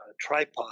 tripod